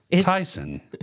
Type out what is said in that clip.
Tyson